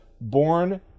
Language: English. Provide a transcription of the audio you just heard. born